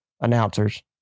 announcers